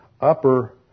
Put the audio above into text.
upper